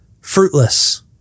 fruitless